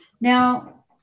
Now